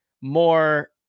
more